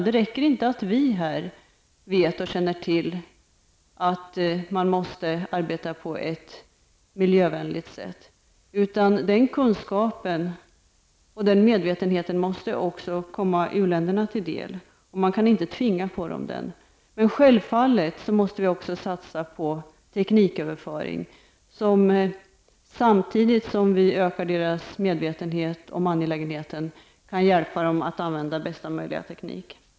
Det räcker inte att vi här vet att man måste arbeta på ett miljövänligt sätt. Den medvetenheten måste också komma uländerna till del. Man kan inte tvinga den på dem. Självfallet måste vi också satsa på tekniköverföring så att vi, samtidigt som vi ökar deras medvetenhet om angelägenheten, kan hjälpa dem att använda bästa möjliga teknik.